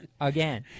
Again